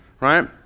right